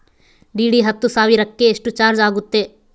DD ಹತ್ತು ಸಾವಿರಕ್ಕೆ ಎಷ್ಟು ಚಾಜ್೯ ಆಗತ್ತೆ?